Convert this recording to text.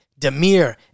Demir